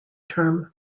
term